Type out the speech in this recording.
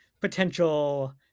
potential